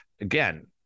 Again